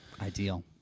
ideal